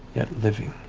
yet living.